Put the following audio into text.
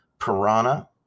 Piranha